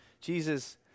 Jesus